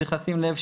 צריך לשים לב,